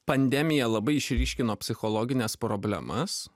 pandemija labai išryškino psichologines problemas